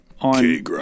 on